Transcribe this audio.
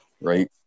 Right